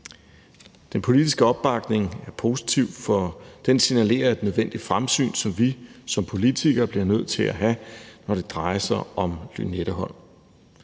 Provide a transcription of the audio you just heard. Den politiske opbakning er positiv, for den signalerer et nødvendigt fremsyn, som vi som politikere bliver nødt til at have, når det drejer sig om Lynetteholm.